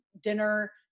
dinner